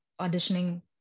auditioning